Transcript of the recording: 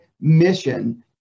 mission